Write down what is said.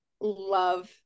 love